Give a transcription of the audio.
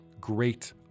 great